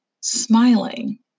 smiling